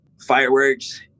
Fireworks